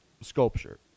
sculpture